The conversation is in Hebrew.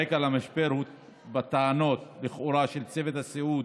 הרקע למשבר הוא בטענות, לכאורה, של צוות הסיעוד